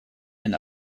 and